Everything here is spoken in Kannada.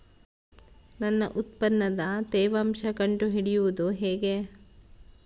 ನನ್ನ ಉತ್ಪನ್ನದ ತೇವಾಂಶ ಕಂಡು ಹಿಡಿಯುವುದು ಹೇಗೆ?